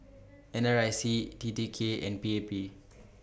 N R I C T T K and P A P